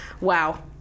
Wow